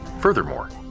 Furthermore